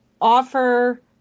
offer